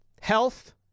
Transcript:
health